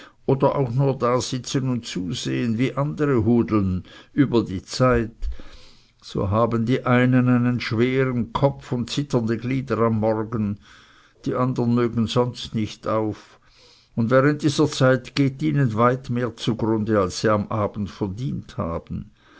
oder auch nur dasitzen und zusehen wie andere hudeln über die zeit so haben die einen einen schweren kopf und zitternde glieder am morgen die andern mögen sonst nicht auf und während dieser zeit geht ihnen weit mehr zugrunde als sie am abend verdient haben